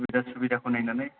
सुबिदा उसुबिदाखौ नायनानै